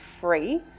free